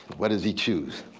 what does he choose?